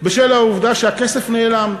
בשל העובדה שהכסף נעלם,